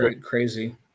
crazy